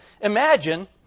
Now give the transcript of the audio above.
Imagine